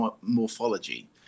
morphology